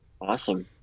awesome